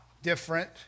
different